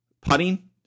Putting